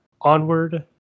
Onward